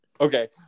Okay